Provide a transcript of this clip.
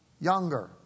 younger